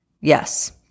Yes